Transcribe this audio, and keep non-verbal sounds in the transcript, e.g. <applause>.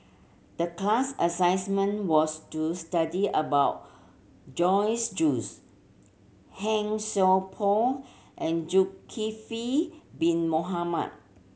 the class <unintelligible> was to study about Joyce Juice Han Sai Por and Zulkifli Bin Mohamed